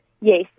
Yes